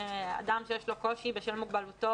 שאדם שיש לו קושי לעטות מסכה בשל מוגבלותו,